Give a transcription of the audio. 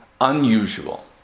unusual